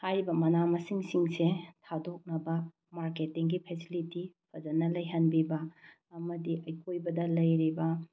ꯍꯥꯏꯔꯤꯕ ꯃꯅꯥ ꯃꯁꯤꯡ ꯁꯤꯡꯁꯦ ꯊꯥꯗꯣꯛꯅꯕ ꯃꯥꯔꯀꯦꯇꯤꯡꯒꯤ ꯐꯦꯁꯤꯂꯤꯇꯤ ꯐꯖꯅ ꯂꯩꯍꯟꯕꯤꯕ ꯑꯃꯗꯤ ꯑꯀꯣꯏꯕꯗ ꯂꯩꯔꯤꯕ